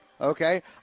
okay